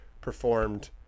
performed